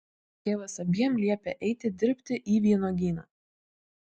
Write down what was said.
tėvas abiem liepia eiti dirbti į vynuogyną